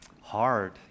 hard